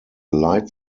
light